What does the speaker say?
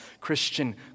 Christian